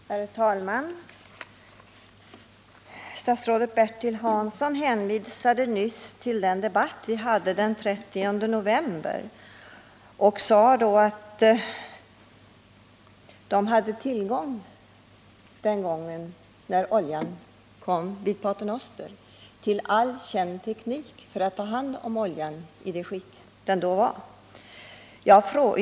Herr talman! Statsrådet Bertil Hansson hänvisade nyss till den debatt som vi hade den 30 november och sade att man den gången, när oljan kom vid Pater Noster, hade tillgång till all känd teknik när det gällde att ta hand om oljan i det skick den var.